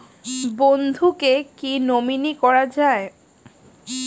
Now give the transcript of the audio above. বন্ধুকে কী নমিনি করা যায়?